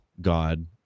God